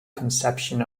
conception